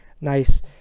Nice